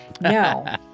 no